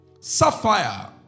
Sapphire